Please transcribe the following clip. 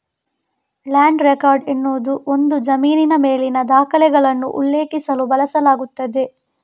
land record ಎನ್ನುವುದು ಒಂದು ಜಮೀನಿನ ಮೇಲಿನ ದಾಖಲೆಗಳನ್ನು ಉಲ್ಲೇಖಿಸಲು ಬಳಸಲಾಗುತ್ತದೆ